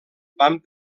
van